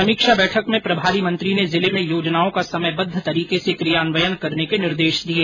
समीक्षा बैठक में प्रभारी मंत्री ने जिले में योजनाओं का समयबद्ध तरीके से कियान्वयन करने के निर्देश दिये